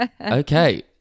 Okay